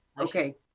Okay